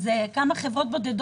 זה השלב השני.